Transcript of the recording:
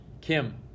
kim